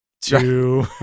two